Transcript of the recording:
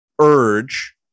urge